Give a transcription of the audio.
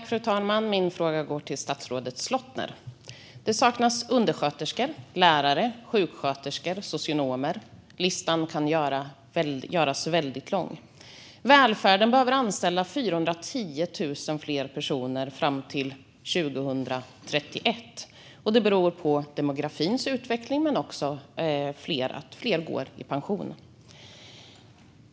Fru talman! Min fråga går till statsrådet Slottner. Det saknas undersköterskor, lärare, sjuksköterskor och socionomer. Listan kan göras väldigt lång. Välfärden behöver anställa 410 000 fler personer fram till 2031, vilket beror på demografins utveckling och på att fler går i pension.